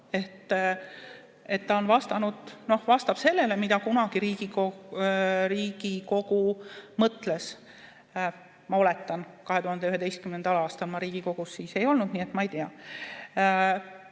muuta, et ta vastab sellele, mida kunagi Riigikogu mõtles, ma oletan. 2011. aastal ma Riigikogus ei olnud, nii et ma ei tea.